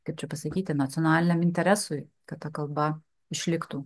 kaip čia pasakyti nacionaliniam interesui kad ta kalba išliktų